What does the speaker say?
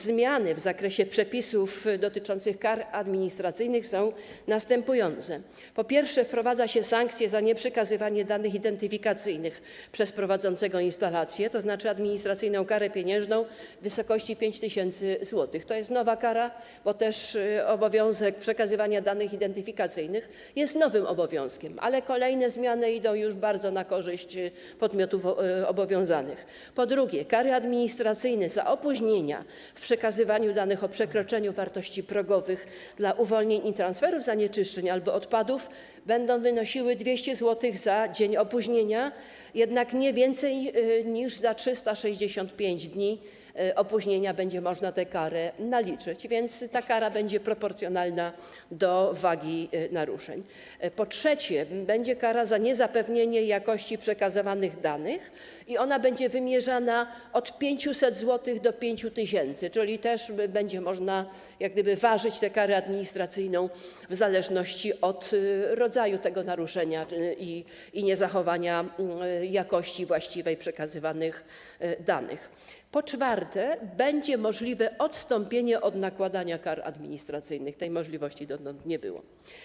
Zmiany w zakresie przepisów dotyczących kar administracyjnych są następujące: po pierwsze, wprowadza się sankcję za nieprzekazanie danych identyfikacyjnych przez prowadzącego instalację, tj. administracyjną karę pieniężną w wysokości 5 tys. zł - to jest nowa kara, bo także obowiązek przekazywania danych identyfikacyjnych jest nowym obowiązkiem, ale kolejne zmiany są już bardzo na korzyść podmiotów obowiązanych; po drugie, kary administracyjne za opóźnienia w przekazywaniu danych o przekroczeniu wartości progowych dla uwolnień i transferów zanieczyszczeń albo odpadów będą wynosić 200 zł za dzień opóźnienia, jednak za nie więcej niż 365 dni opóźnienia będzie można tę karę naliczyć, więc kara będzie proporcjonalna do wagi naruszeń; po trzecie, będzie wymierzana kara za niezapewnienie jakości przekazywanych danych, która będzie wynosić od 500 zł do 5 tys. zł, czyli będzie można ważyć tę karę administracyjną w zależności od rodzaju naruszenia i niezachowania właściwej jakości przekazywanych danych; po czwarte, będzie możliwe odstąpienie od nakładania kar administracyjnych - tej możliwości dotąd nie było.